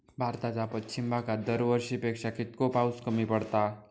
भारताच्या पश्चिम भागात दरवर्षी पेक्षा कीतको पाऊस कमी पडता?